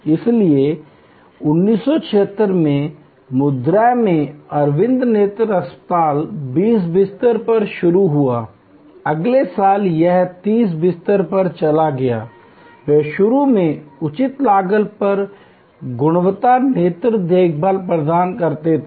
इसलिए 1976 में मदुरै में अरविंद नेत्र अस्पताल 20 बिस्तर पर शुरू हुआ अगले साल यह 30 बिस्तर पर चला गया वे शुरू में उचित लागत पर गुणवत्ता नेत्र देखभाल प्रदान करते थे